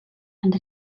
and